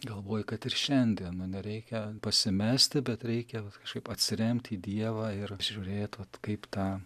galvoji kad ir šiandien nu nereikia pasimesti bet reikia vat kažkaip atsiremt į dievą ir žiūrėt vat kaip tą